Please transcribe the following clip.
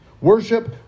Worship